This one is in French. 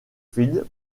field